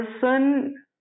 person